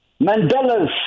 Mandela's